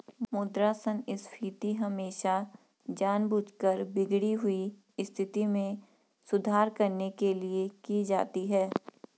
मुद्रा संस्फीति हमेशा जानबूझकर बिगड़ी हुई स्थिति में सुधार करने के लिए की जाती है